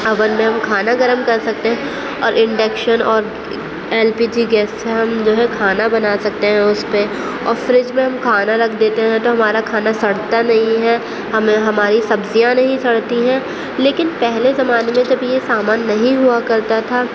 oven میں ہم کھانا گرم کر سکتے ہیں اور انڈکشن اور ایل پی جی گیس سے ہم جو ہے کھانا بنا سکتے ہیں اس پہ اور فریج میں ہم کھانا رکھ دیتے ہیں تو ہمارا کھانا سڑتا نہیں ہے ہم ہماری سبزیاں نہیں سڑتی ہیں لیکن پہلے زمانے میں جب یہ سامان نہیں ہوا کرتا تھا